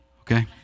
Okay